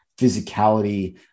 physicality